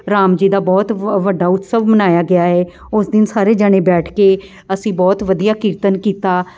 ਰਾਮ ਜੀ ਦਾ ਬਹੁਤ ਵ ਵੱਡਾ ਉਤਸਵ ਮਨਾਇਆ ਗਿਆ ਹੈ ਉਸ ਦਿਨ ਸਾਰੇ ਜਣੇ ਬੈਠ ਕੇ ਅਸੀਂ ਬਹੁਤ ਵਧੀਆ ਕੀਰਤਨ ਕੀਤਾ